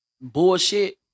Bullshit